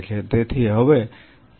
તેથી હવે તમારી પાસે આ દવાઓ છે